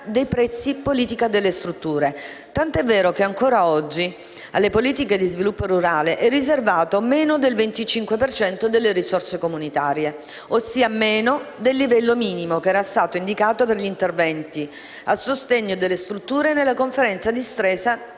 dei prezzi e politica delle strutture, tanto è vero che, ancora oggi, alle politiche di sviluppo rurale è riservato meno del 25 per cento delle risorse comunitarie, ossia meno del livello minimo che era stato indicato per gli interventi a sostegno delle strutture nella Conferenza di Stresa